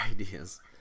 ideas